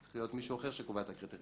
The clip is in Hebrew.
צריך להיות מישהו אחר שקובע את הקריטריונים.